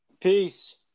Peace